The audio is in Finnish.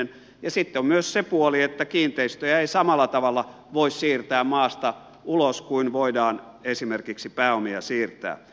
sitten on myös se puoli että kiinteistöjä ei samalla tavalla voi siirtää maasta ulos kuin voidaan esimerkiksi pääomia siirtää